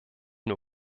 nur